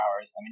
hours